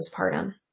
postpartum